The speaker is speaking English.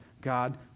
God